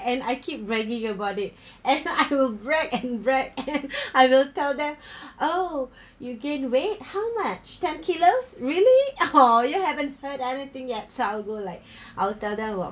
and I keep bragging about it and I will brag and brag and I will tell them oh you gain weight how much ten kilos really oh you haven't heard anything yet so I'll go like I'll tell them